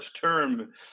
term